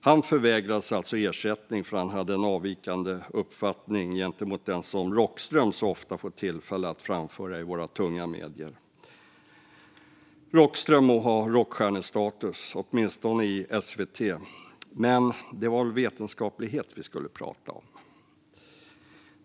Han förvägrades alltså ersättning för att han hade en avvikande uppfattning gentemot den som Rockström så ofta får tillfälle att framföra i våra tunga medier. Rockström må ha rockstjärnestatus, åtminstone i SVT, men det var väl vetenskaplighet vi skulle prata om?